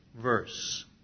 verse